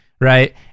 right